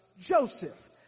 Joseph